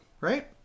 right